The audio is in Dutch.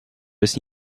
wist